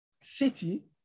City